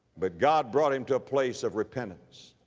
but god brought him to a place of repentance.